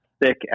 thick